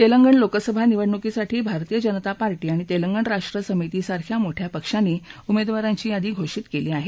तेलंगण लोकसभा निवडणूकीसाठी भारतीय जनता पार्टी आणि तेलंगण राष्ट्र समिती सारख्या मोठ्या पक्षांनी उमेदवारांची यादी घोषित केली आहे